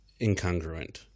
incongruent